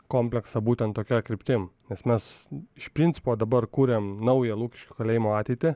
kompleksą būtent tokia kryptim nes mes iš principo dabar kuriam naują lukiškių kalėjimo ateitį